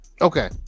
Okay